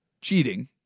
cheating